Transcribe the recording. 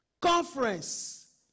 conference